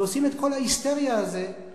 ועושים את כל ההיסטריה הזאת,